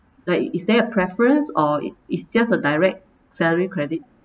like is there a preference or it is just a direct salary credit